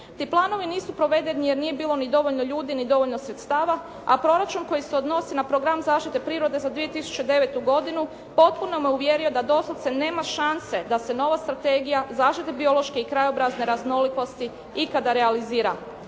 Ti planovi nisu provedeni jer nije bilo ni dovoljno ljudi ni dovoljno sredstava a proračun koji se odnosi na program zaštite prirode za 2009. godinu potpuno me uvjerio da doslovce nema šanse da se nova Strategija zaštite biološke i krajobrazne raznolikosti ikada realizira.